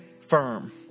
firm